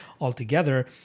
altogether